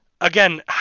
again